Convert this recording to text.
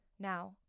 Now